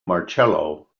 marcello